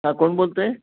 हा कोण बोलत आहे